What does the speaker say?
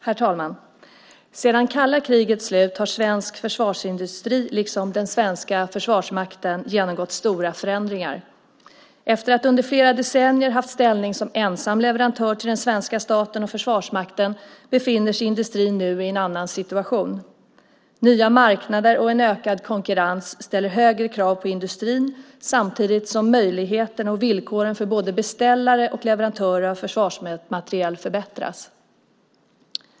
Herr talman! Sedan kalla krigets slut har svensk försvarsindustri, liksom den svenska Försvarsmakten, genomgått stora förändringar. Efter att under flera decennier haft ställning som ensam leverantör till den svenska staten och Försvarsmakten befinner sig industrin nu i en annan situation. Nya marknader och en ökad konkurrens ställer högre krav på industrin, samtidigt som möjligheterna och villkoren för både beställare och leverantörer av försvarsmateriel förbättrats.